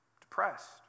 depressed